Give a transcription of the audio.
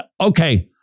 Okay